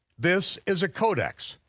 this is a codex.